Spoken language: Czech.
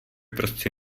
prostě